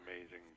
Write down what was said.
amazing